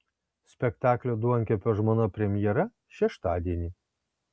spektaklio duonkepio žmona premjera šeštadienį